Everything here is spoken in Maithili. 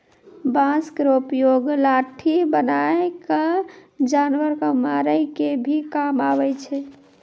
बांस केरो उपयोग लाठी बनाय क जानवर कॅ मारै के भी काम आवै छै